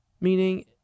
meaning